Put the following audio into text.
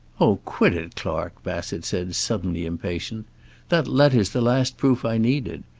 oh, quit it, clark, bassett said, suddenly impatient that letter's the last proof i needed.